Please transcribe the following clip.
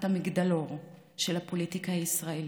את המגדלור של הפוליטיקה הישראלית.